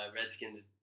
Redskins